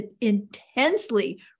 intensely